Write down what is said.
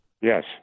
Yes